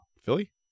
Philly